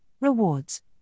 rewards